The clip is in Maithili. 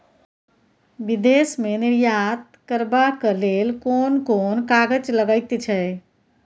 विदेश मे निर्यात करबाक लेल कोन कोन कागज लगैत छै